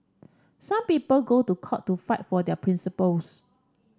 some people go to court to fight for their principles